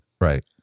Right